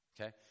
okay